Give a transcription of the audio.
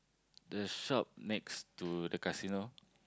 the shop next to the casino